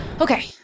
Okay